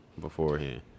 beforehand